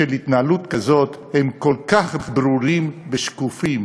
של התנהלות כזאת הם כל כך ברורים ושקופים,